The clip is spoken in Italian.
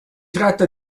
tratta